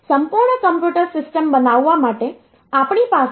સંપૂર્ણ computer system બનાવવા માટે આપણી પાસે તેમાં વધારાના ઘટકો હોવા જોઈએ